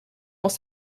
dans